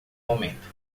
momento